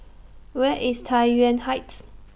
Where IS Tai Yuan Heights